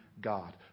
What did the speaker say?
God